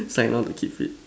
sign on to keep fit